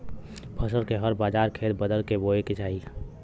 फसल के हर बार खेत बदल क बोये के चाही